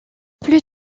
plus